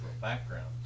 background